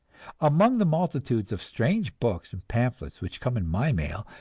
among the multitude of strange books and pamphlets which come in my mail,